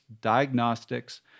diagnostics